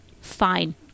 Fine